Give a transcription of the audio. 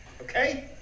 Okay